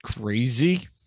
Crazy